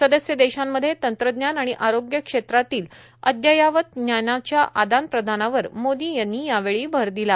सदस्य देशांमध्ये तंत्रज्ञान आणि आरोग्य क्षेत्रातील अदययावत ज्ञानाच्या आदान प्रदानावर मोदी यांनी यावेळी भर दिला